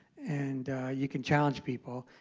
and you can challenge people.